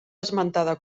esmentada